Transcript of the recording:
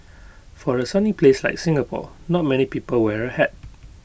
for A sunny place like Singapore not many people wear A hat